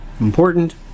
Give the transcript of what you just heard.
important